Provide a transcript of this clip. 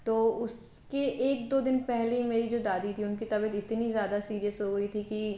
तो उसके एक दो दिन पहले मेरी जो दादी थी उनकी तबीयत इतनी ज़्यादा सीरियस हो गई थी कि